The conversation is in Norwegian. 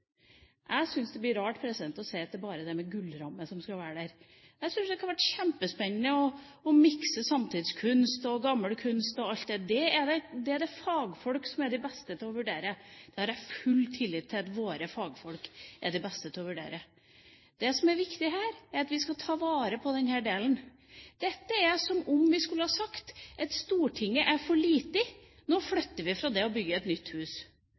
Jeg syns det blir rart å si at det bare er det med gullramme som skal være der. Jeg syns det kunne vært kjempespennende å mikse samtidskunst og gammel kunst. Men det er det fagfolk som er de beste til å vurdere – jeg har full tillit til at våre fagfolk er de beste til å vurdere det. Det som er viktig her, er at vi skal ta vare på denne delen. Dette er som om vi skulle ha sagt at Stortinget er for lite, nå flytter vi fra det og bygger et nytt hus,